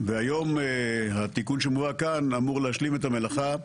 והיום התיקון שמובא כאן אמור להשלים את המלאכה,